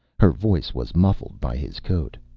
her voice was muffled by his coat.